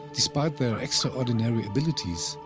despite their extraordinary abilities,